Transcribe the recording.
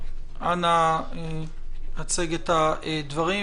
אנא הצג את הדברים,